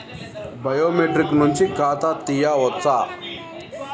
Biometric నుంచి ఖాతా తీయచ్చా?